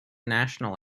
national